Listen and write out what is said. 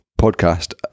podcast